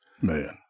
Man